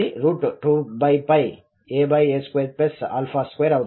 అది2aa22 అవుతుంది